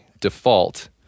default